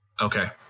Okay